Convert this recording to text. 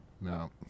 No